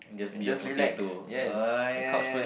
just be a potato ah ya ya